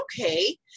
okay